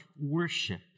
worship